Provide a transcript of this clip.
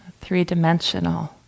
three-dimensional